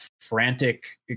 frantic